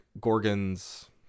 Gorgon's